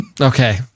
Okay